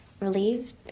relieved